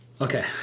okay